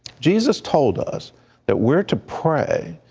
jesus told us that we are to pray,